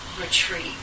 retreat